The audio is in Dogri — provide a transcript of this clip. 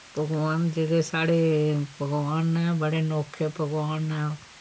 पकोआन जेह्ड़े साढ़े पकोआन न बड़े अनोखे पकोआन न